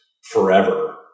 forever